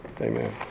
Amen